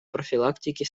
профилактике